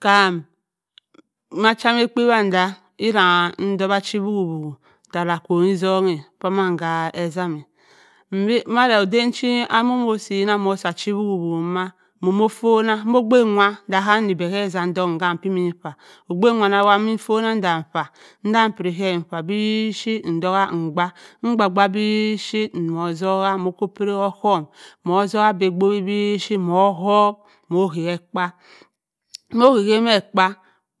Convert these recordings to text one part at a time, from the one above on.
Kam macha ka ekpawada ira nbua chi voko voko ttara akwohngi song a pamann ke etzam-e mbi madaa adan chi mommosi achi voko voko ma momo ofobhanne mo ogbu wa du hamin etzam ndonk iyam pa ogbb immi ofonna da paa nndhe piri me mpaa bipuyit edokbu mbakk mbaak daak be bipuyirt nwa ozubua okko piri k’ohohun mo zwuha be aboki bipuyit mo houk mo ha kekpa mo ohap me ekpa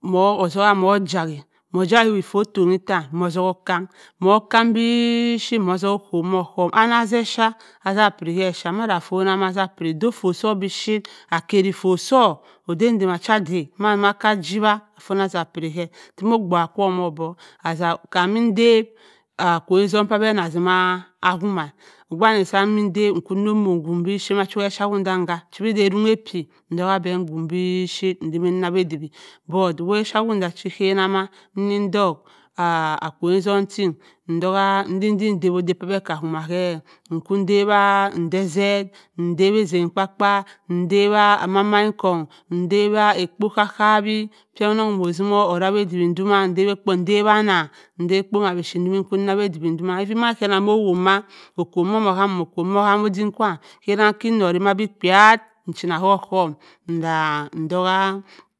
mo ozubua mo chayi. mo chayi for ttonni attan mo zu buo kanng mo kanng bipuyit mo ozubua kwu k’ohohm anna aze epuya aza piri ke epuya mada afonbua aza piri dok ffot so bipuyit akari fott. Su odan-chama da aka ejibu affonbu asa piri bhe zimo agbugha kwu mo obong asa kaam immi dap akwoungi song che be ma azimma bhumma ogba wani em dap nnki na muo bipuyirt mache epuya wonder kka giwi arok anna pyi ndokbua be owobu bipuyir nnzimi rawa eduwi but we epuya wonder macha ika nna ma inni dok akwoungi song ting nndok-e nndi ndawa che be aka womamm ke nku dawa anna edowi eko ma bipuyir ezimi raya eduwi domamm ifin ika-nnag mo okwu omo hamm okwu oham odim kwaam eyanna pirowi ma be parrt e’chinna k’ohohum nnda ndok-a.